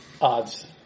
Odds